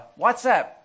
WhatsApp